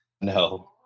No